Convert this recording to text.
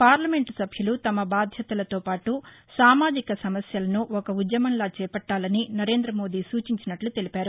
parliament సభ్యులు తమ బాధ్యతలతో పాటు సామాజిక సమస్యలను ఒక ఉద్యమంలా చేపట్లాలని నరేందమోదీ సూచించినట్లు తెలిపారు